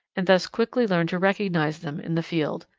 and thus quickly learn to recognize them in the field.